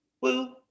woo